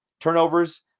turnovers